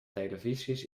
televisies